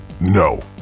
No